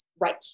Right